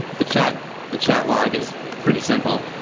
the chat the chat log is pretty simple.